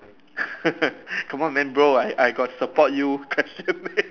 come on man bro I I got support you question